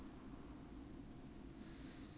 still